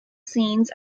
scenes